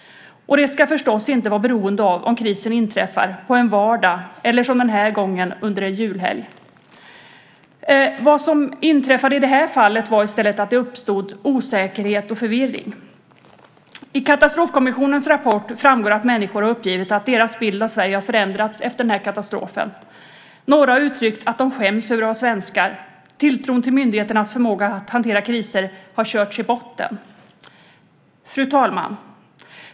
Det ska förstås inte vara beroende av om krisen inträffar på en vardag eller, som den här gången, under en julhelg. Det som inträffade i det här fallet var i stället att det uppstod osäkerhet och förvirring. I Katastrofkommissionens rapport framgår att människor har uppgivit att deras bild av Sverige har förändrats efter den här katastrofen. Några har uttryckt att de skäms över att vara svenskar. Tilltron till myndigheternas förmåga att hantera kriser har körts i botten. Fru talman!